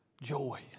Joy